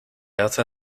hace